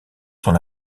sont